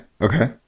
Okay